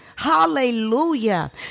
Hallelujah